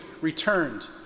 returned